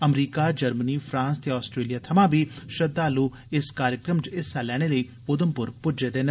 अमरीका Germany France ते Australia थमां बी श्रद्वाल् इस कार्यक्रम च हिस्सा लैने लेई उधमप्र प्ज्जे दे न